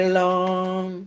long